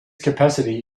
capacity